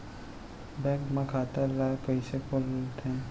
Bank म खाता ल कइसे खोलथे?